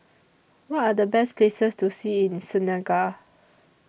What Are The Best Places to See in Senegal